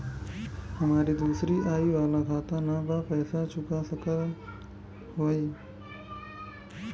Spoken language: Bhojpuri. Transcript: हमारी दूसरी आई वाला खाता ना बा पैसा चुका सकत हई?